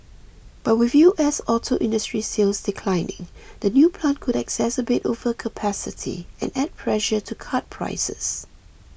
but with U S auto industry sales declining the new plant could exacerbate overcapacity and add pressure to cut prices